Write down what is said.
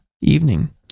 evening